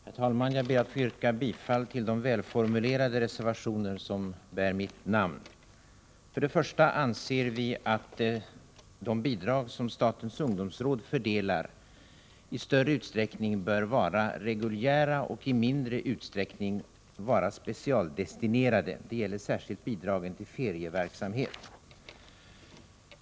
Herr talman! Jag ber att få yrka bifall till de välformulerade reservationer som bär mitt namn. För det första anser vi inom folkpartiet att de bidrag som statens ungdomsråd fördelar i större utsträckning bör vara reguljära och i mindre utsträckning vara specialdestinerade. Det gäller särskilt bidraget till ferieverksamhet.